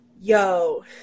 Yo